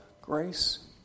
grace